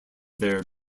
their